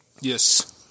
Yes